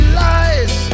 lies